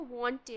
wanted